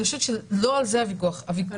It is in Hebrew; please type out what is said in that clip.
אני חושבת שזה לא על זה הוויכוח.